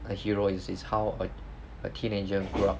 a hero it's it's how a a teenager grow up